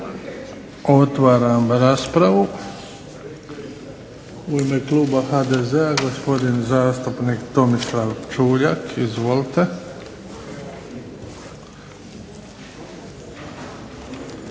Otvaram raspravu. U ime kluba HDZ-a gospodin zastupnik Tomislav Čuljak. Izvolite.